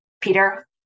Peter